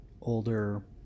Older